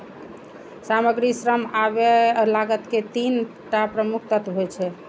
सामग्री, श्रम आ व्यय लागत के तीन टा प्रमुख तत्व होइ छै